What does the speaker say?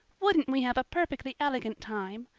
wouldn't we have a perfectly elegant time?